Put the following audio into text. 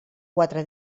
quatre